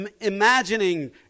imagining